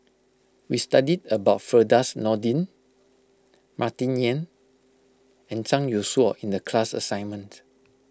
we studied about Firdaus Nordin Martin Yan and Zhang Youshuo in the class assignment